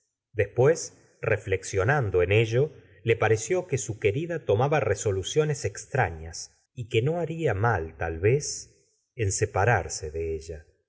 después reflexionando en ello le pareció que su querida tomaba resoluciones extrañas y que no haría mal tal vez en separarse de ella